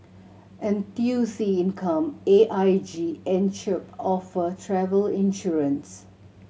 N T U C Income A I G and Chubb offer travel insurance